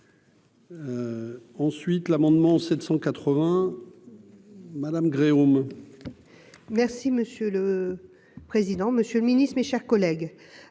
Ensuite, l'amendement 780. Madame Gréaume. Merci monsieur le président, Monsieur le Ministre, mes chers collègues,